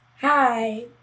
Hi